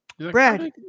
Brad